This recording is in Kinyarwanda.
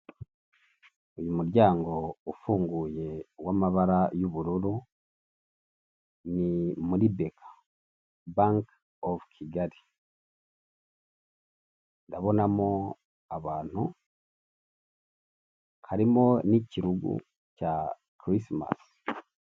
Uyu muryango ufunguye w'amabara y'ubururu ni muri beka banki ofu kigali ndabonamo abantu, harimo n'ikirugu cya kirisimasi.